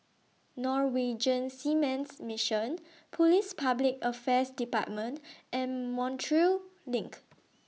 Norwegian Seamen's Mission Police Public Affairs department and Montreal LINK